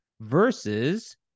versus